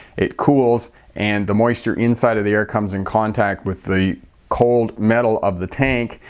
it cools and the moisture inside of the air comes in contact with the cold metal of the tank,